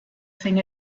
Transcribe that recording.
thing